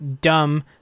dumb